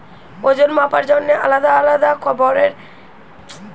ওজন মাপার জন্যে আলদা আলদা ভারের বাটখারা ব্যাভার কোরা হচ্ছে